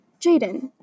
Jaden